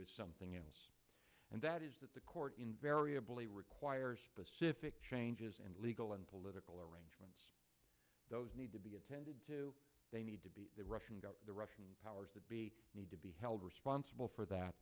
is something else and that is that the court invariably requires pacific changes and legal and political arrangements those need to be attended to they need to be the russian powers that be need to be held responsible for that